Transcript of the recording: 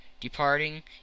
Departing